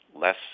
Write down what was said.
less